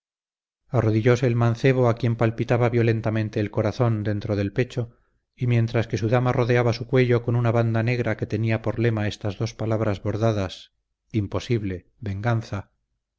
arrodillóse el mancebo a quien palpitaba violentamente el corazón dentro del pecho y mientras que su dama rodeaba su cuello con una banda negra que tenía por lema estas dos palabras bordadas imposible venganza